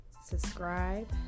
Subscribe